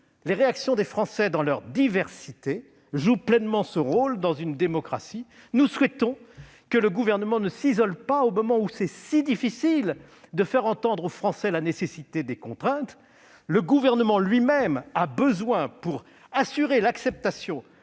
les réactions des Français dans leur diversité, joue pleinement ce rôle démocratique. Nous souhaitons que le Gouvernement ne s'isole pas au moment où c'est si difficile de faire entendre aux Français la nécessité des contraintes. Le Gouvernement, lui-même, a besoin, pour assurer l'acceptation